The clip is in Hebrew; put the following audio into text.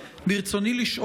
בנושא: